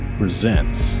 presents